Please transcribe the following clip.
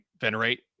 venerate